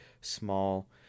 small